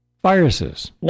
Viruses